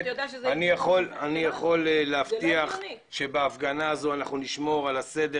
אני יכול להבטיח שבהפגנה הזאת אנחנו נשמור על הסדר